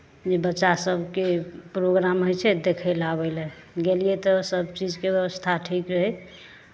बच्चा सभके प्रोग्राम होइ छै देखय लए आबय लए गेलियै तऽ सभचीजके व्यवस्था ठीक रहै